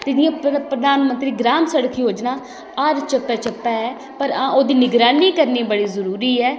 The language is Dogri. ते इ'यां प्रधानमंत्री ग्राम सड़क योजना हर चप्पे चप्पे पर आं ओह्दी निगरानी करनी बड़ी जरूरी ऐ